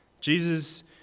Jesus